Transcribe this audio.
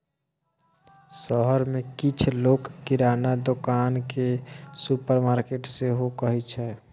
शहर मे किछ लोक किराना दोकान केँ सुपरमार्केट सेहो कहै छै